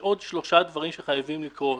יש עוד שלושה דברים שחייבים לקרות.